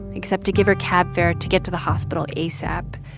except to give her cab fare to get to the hospital asap.